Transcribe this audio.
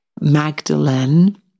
magdalene